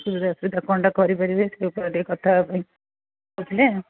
ସ୍କୁଲ୍ରେ ଅସୁବିଧା କଣଟା କରିପାରିବେ ସେଇ ବିଷୟରେ ଟିକେ କଥା ହେବାପାଇଁ କହୁଥିଲେ